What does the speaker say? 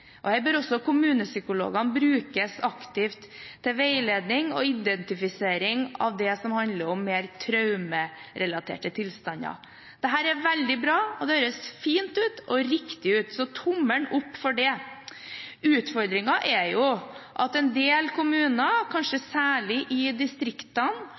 bør også kommunepsykologene brukes aktivt til veiledning og identifisering av det som handler om mer traumerelaterte tilstander. Dette er veldig bra, og det høres fint ut og riktig ut, så tommelen opp for det. Utfordringen er at en del kommuner, kanskje særlig i distriktene,